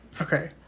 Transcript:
okay